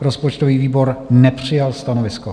Rozpočtový výbor nepřijal stanovisko.